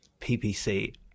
PPC